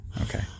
Okay